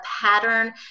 pattern